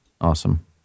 Awesome